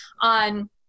on